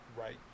right